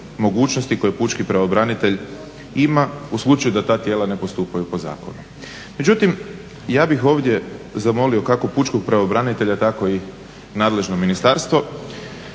mogućnosti koje pučki pravobranitelj ima u slučaju da ta tijela ne postupaju po zakonu. Međutim, ja bih ovdje zamolio kako pučkog pravobranitelja tako i nadležno ministarstvo